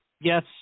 yes